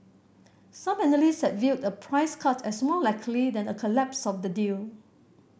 some analyst had viewed a price cut as more likely than a collapse of the deal